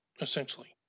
essentially